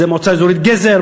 זה מועצה אזורית גזר,